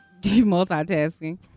Multitasking